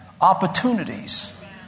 opportunities